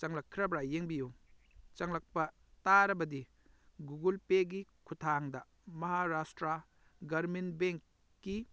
ꯆꯪꯂꯛꯈ꯭ꯔꯕ꯭ꯔ ꯌꯦꯡꯕꯤꯌꯨ ꯆꯪꯂꯛꯄ ꯇꯥꯔꯕꯗꯤ ꯒꯨꯒꯜ ꯄꯦꯒꯤ ꯈꯨꯊꯥꯡꯗ ꯃꯍꯥꯔꯥꯁꯇ꯭ꯔꯥ ꯒ꯭ꯔꯥꯃꯤꯟ ꯕꯦꯡꯀꯤ